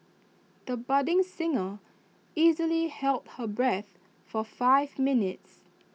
the budding singer easily held her breath for five minutes